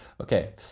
Okay